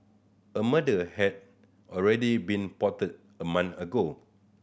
a murder had already been plotted a month ago